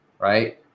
right